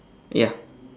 ya